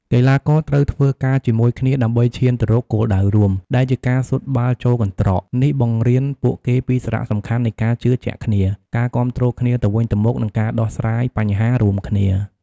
កីឡាករត្រូវធ្វើការជាមួយគ្នាដើម្បីឈានទៅរកគោលដៅរួម ដែលជាការស៊ុតបាល់ចូលកន្ត្រក នេះបង្រៀនពួកគេពីសារៈសំខាន់នៃការជឿជាក់គ្នា ការគាំទ្រគ្នាទៅវិញទៅមក និងការដោះស្រាយបញ្ហារួមគ្នា។